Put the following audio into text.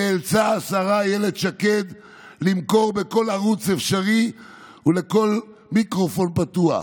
נאלצה השרה אילת שקד למכור בכל ערוץ אפשרי ולכל מיקרופון פתוח.